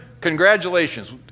congratulations